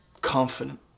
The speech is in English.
confident